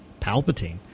Palpatine